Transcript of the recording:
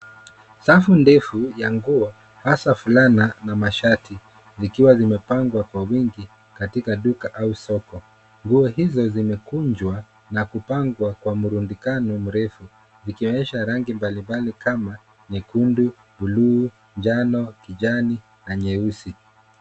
Safu ndefu ya nguo hasa fulana na mashati likiwalimepangwa kwa wingi katika duka au soko. Nguo hizo zimekunjwa na kupangwa kwa murundikano mrefu, ikionyesha rangi mbalimbali kama nyekundu, buluu, manjano, kijani na nyeupe.